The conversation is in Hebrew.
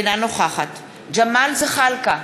אינה נוכחת ג'מאל זחאלקה,